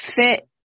fit